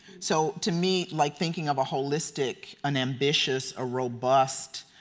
so to me, like thinking of a holistic, an ambitious, a robust,